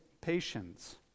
patience